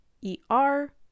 E-R